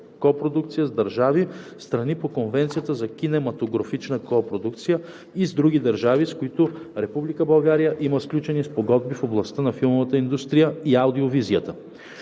копродукция с държави – страни по Конвенцията за кинематографичната копродукция и с други държави, с които Република България има сключени спогодби в областта на филмовата индустрия и аудио-визията.